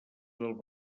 del